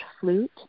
flute